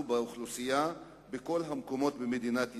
לאוכלוסייה בכל המקומות במדינת ישראל?